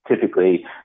Typically